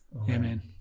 Amen